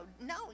no